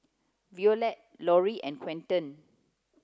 Violetta Lorri and Quinten